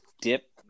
dip